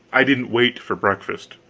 i didn't wait for breakfast.